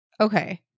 Okay